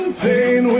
pain